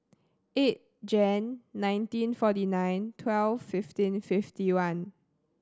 eight Jan nineteen forty nine twelve fifteen fifty one